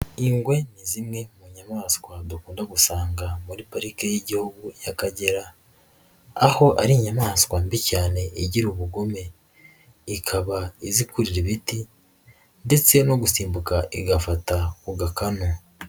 Ingwe ni zimwe mu nyamaswa dukunda gusanga muri pariki y'igihugu y'Akagera, aho ari inyamaswa mbi cyane igira ubugome, ikaba izi kurira ibiti ndetse no gusimbuka igafata ku gakanu.